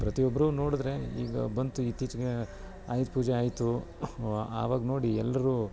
ಪ್ರತಿಯೊಬ್ಬರು ನೋಡಿದ್ರೆ ಈಗ ಬಂತು ಇತ್ತೀಚಿಗೇನೆ ಆಯುಧ ಪೂಜೆ ಆಯಿತು ಆವಾಗ ನೋಡಿ ಎಲ್ರೂ